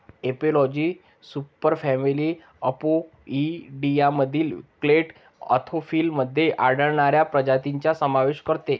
एपिलॉजी सुपरफॅमिली अपोइडियामधील clade Anthophila मध्ये आढळणाऱ्या प्रजातींचा समावेश करते